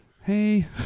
hey